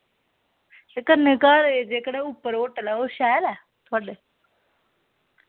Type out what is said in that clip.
ते कन्ने घर एह् जेह्कड़ा उप्पर होटल ऐ ओह् शैल ऐ थुआढ़े लेई